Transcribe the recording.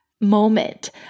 moment